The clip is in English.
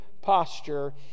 posture